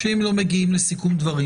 שאם לא מגיעים לסיכום דברים,